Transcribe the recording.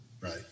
Right